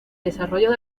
desarrollo